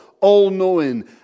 all-knowing